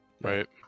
right